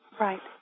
Right